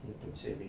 into savings